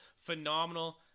phenomenal